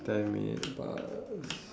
ten minutes passed